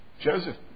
Joseph